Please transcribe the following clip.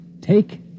Take